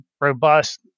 robust